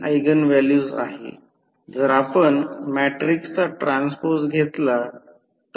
म्हणून X √√Z 2 R2 जो येथे वापरला जातो